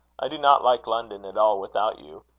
i do not like london at all without you.